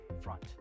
front